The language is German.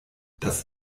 das